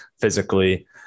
physically